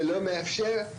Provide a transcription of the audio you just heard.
שלא מאפשר,